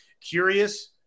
curious